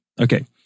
okay